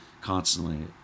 constantly